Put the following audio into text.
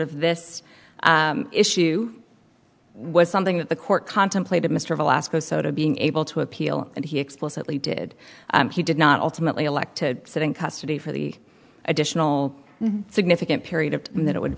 of this issue was something that the court contemplated mr of alaska so to being able to appeal and he explicitly did he did not ultimately elect to sit in custody for the additional significant period of time that it would